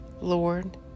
Lord